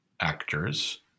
actors